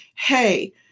hey